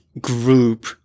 group